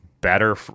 better